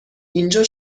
اینجا